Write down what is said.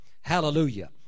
Hallelujah